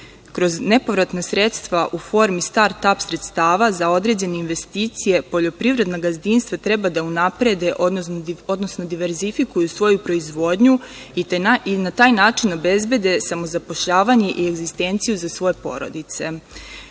nepovratna sredstva u formi start-ap sredstava za određene investicije poljoprivredna gazdinstva treba da unaprede, odnosno diverzifikuju svoju proizvodnju i na taj način obezbede samozapošljavanje i egzistenciju za svoje porodice.